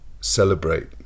celebrate